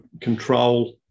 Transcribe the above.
control